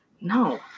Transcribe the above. no